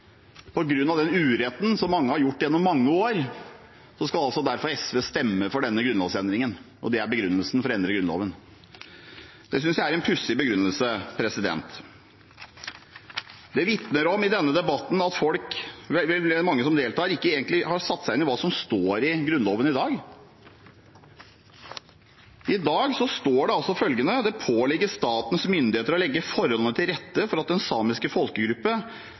den samiske folkegruppen. På grunn av den uretten som mange har gjort dem gjennom mange år, skal altså SV stemme for denne grunnlovsendringen, og det er begrunnelsen for å endre Grunnloven. Det synes jeg er en pussig begrunnelse. Det vitner om at mange som deltar i denne debatten, ikke egentlig har satt seg inn i hva som står i Grunnloven i dag. I dag står det: «Det påligger statens myndigheter å legge forholdene til rette for at den samiske folkegruppe